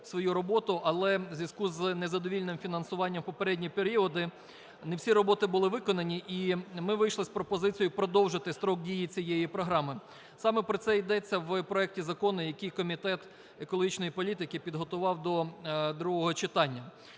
свою роботу, але в зв'язку з незадовільним фінансування у попередні періоди не всі роботи були виконані. І ми вийшли з пропозицією продовжити строк дії цієї програми. Саме про це йдеться в проекті закону, який комітет екологічної політики підготував до другого читання.